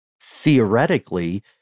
theoretically